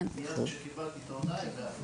מייד כשקיבלתי את ההודעה הגעתי.